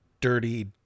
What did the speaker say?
dirty